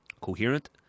coherent